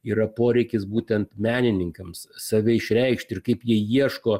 yra poreikis būtent menininkams save išreikšti ir kaip jie ieško